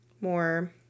more